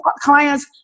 clients